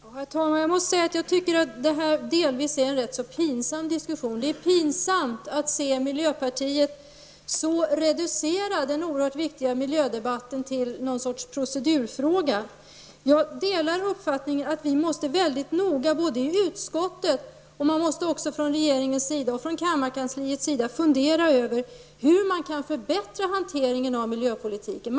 Herr talman! Jag måste säga att jag tycker att det här delvis är en rätt pinsam diskussion. Det är pinsamt att se miljöpartiet reducera den oerhört viktiga miljödebatten till någon sorts procedurfråga. Jag delar uppfattningen att man mycket noga i utskottet -- och också från regeringens och kammarkansliets sida -- måste fundera över hur man kan förbättra hanteringen av miljöpolitiken.